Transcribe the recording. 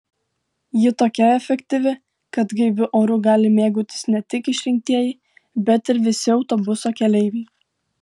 ji tokia efektyvi kad gaiviu oru gali mėgautis ne tik išrinktieji bet ir visi autobuso keleiviai